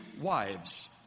wives